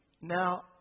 Now